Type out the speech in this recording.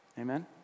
Amen